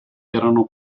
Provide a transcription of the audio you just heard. erano